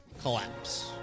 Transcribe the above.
collapse